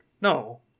no